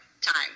time